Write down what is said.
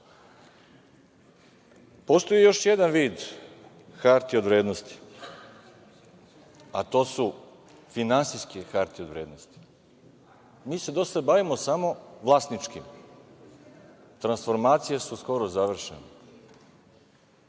lopovi. Postoji još jedan vid hartija od vrednosti, a to su finansijske hartije od vrednosti. Mi se do sada bavimo samo vlasničkim. Transformacije su skoro završene.